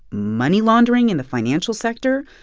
money laundering in the financial sector,